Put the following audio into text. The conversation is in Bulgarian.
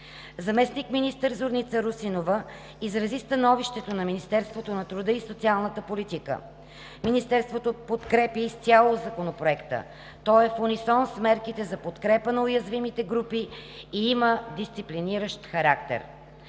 Заместник-министър Зорница Русинова изрази становището на Министерството на труда и социалната политика. Министерството подкрепя изцяло Законопроекта, той е в унисон с мерките за подкрепа на уязвимите групи и има дисциплиниращ характер.